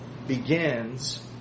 Begins